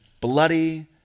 bloody